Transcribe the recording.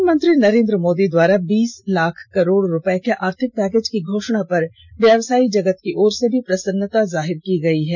प्रधानमंत्री नरेंद्र मोदी द्वारा बीस लाख करोड़ रुपये के आर्थिक पैकेज की घोषणा पर व्यवसायी जगत की ओर से भी प्रसन्नता जाहिर की गयी है